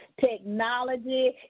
technology